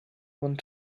one